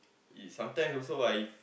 it's sometime also I